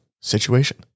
situation